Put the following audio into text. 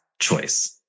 choice